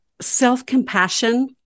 self-compassion